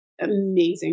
amazing